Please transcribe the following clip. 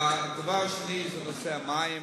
הדבר השני הוא נושא המים.